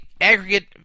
aggregate